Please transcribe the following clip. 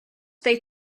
they